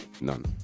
None